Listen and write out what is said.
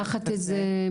תחת איזה,